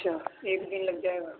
اچھا ایک دن لگ جائے گا